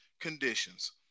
conditions